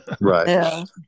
right